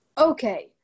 Okay